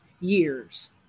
years